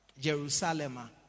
Jerusalem